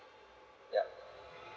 yup